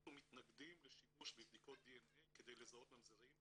אנחנו מתנגדים לשימוש בבדיקות דנ"א כדי לזהות ממזרים,